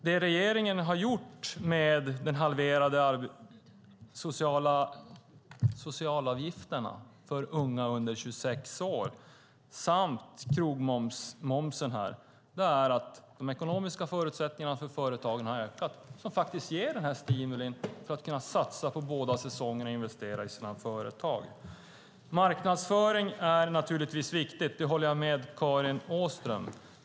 Det som har hänt sedan regeringen halverade socialavgifterna för unga under 26 år och krogmomsen är att de ekonomiska förutsättningarna för företagen har ökat. Det har gett stimuli att kunna satsa på båda säsongerna och investera i sina företag. Marknadsföring är naturligtvis viktigt. Det håller jag med Karin Åström om.